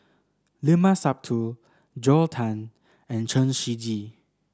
Limat Sabtu Joel Tan and Chen Shiji